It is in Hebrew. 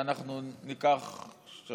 ואני מציע שאנחנו ניקח שבוע,